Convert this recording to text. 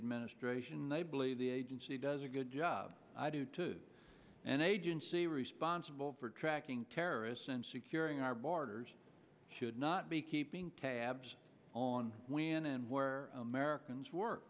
administration i believe the agency does a good job i do to an agency responsible we're tracking terrorists and securing our borders should not be keeping tabs on when and where americans work